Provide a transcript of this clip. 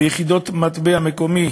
ביחידות מטבע מקומי